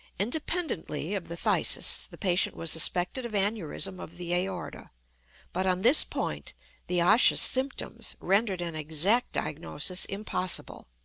independently of the phthisis, the patient was suspected of aneurism of the aorta but on this point the osseous symptoms rendered an exact diagnosis impossible.